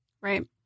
Right